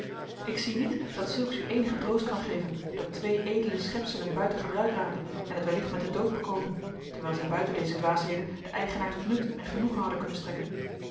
ik zie niet dat zulks u eenigen troost kan geven dat twee edele schepselen buiten gebruik raken en het wellicht met den dood bekoopen terwijl zij buiten deze dwaasheden den eigenaar tot nut en genoegen hadden kunnen strekken